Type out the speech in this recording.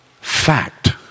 fact